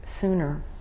sooner